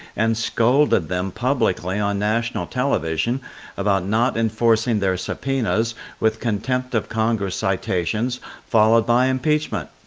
and scolded them publicly on national television about not enforcing their subpoenas with contempt of congress citations followed by impeachment.